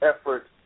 effort